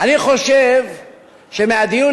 דובר צה"ל